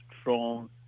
strong